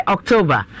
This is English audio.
October